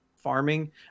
farming